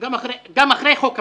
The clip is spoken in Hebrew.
גם אחרי חוק הפיזור.